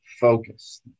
Focus